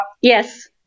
Yes